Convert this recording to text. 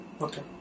Okay